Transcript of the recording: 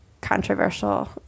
controversial